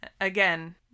again